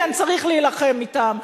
כן, צריך להילחם בהם.